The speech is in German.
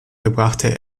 verbrachte